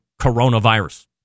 coronavirus